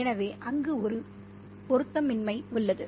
எனவே அங்கு ஒரு பொருத்தமின்மை உள்ளது